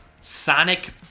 Sonic